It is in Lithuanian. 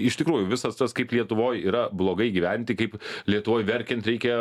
iš tikrųjų visas tas kaip lietuvoj yra blogai gyventi kaip lietuvoj verkiant reikia